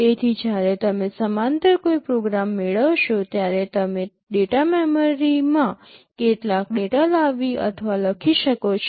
તેથી જ્યારે તમે સમાંતર કોઈ પ્રોગ્રામ મેળવશો ત્યારે તમે ડેટા મેમરીમાં કેટલાક ડેટા લાવી અથવા લખી શકો છો